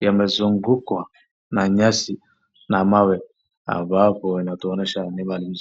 yamezungukwa na nyasi na mawe. Hapo hapo inatuonyesha ni mahali mzuri.